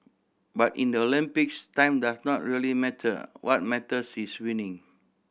but in the Olympics time does not really matter what matters is winning